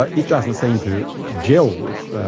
but it doesn't seem to gel with